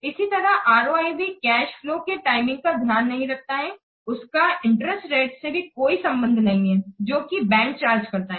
इसी तरह ROI भी कैश फ्लोज के टाइमिंग का ध्यान नहीं रखता है उसका इंटरेस्ट रेट से भी कोई संबंध नहीं है जो कि बैंक चार्ज करता है